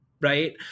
right